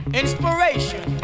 inspiration